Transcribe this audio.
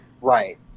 Right